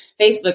Facebook